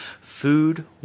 food